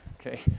okay